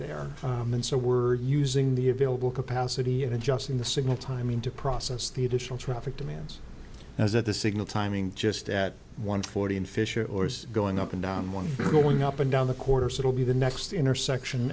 there and so we're using the available capacity and adjusting the signal timing to process the additional traffic demands is that the signal timing just at one forty in fisher or is going up and down one going up and down the course it'll be the next intersection